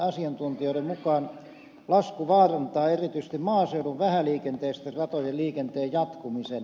asiantuntijoiden mukaan lasku vaarantaa erityisesti maaseudun vähäliikenteisten ratojen liikenteen jatkumisen